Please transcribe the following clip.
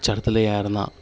ചടുലതയാർന്ന